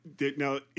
now